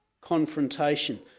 confrontation